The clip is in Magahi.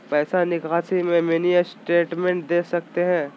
पैसा निकासी में मिनी स्टेटमेंट दे सकते हैं?